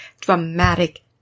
dramatic